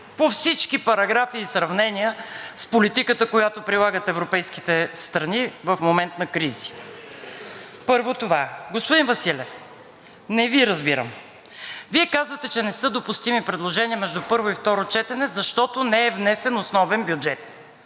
по всички параграфи и сравнения с политиката, която прилагат европейските страни в момент на кризи. Първо това. Господин Василев, не Ви разбирам! Вие казвате, че не са допустими предложения между първо и второ четене, защото не е внесен основен бюджет.